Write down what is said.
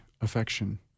affection